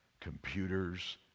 computers